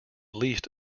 least